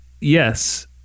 yes